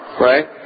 right